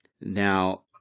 now